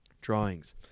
drawings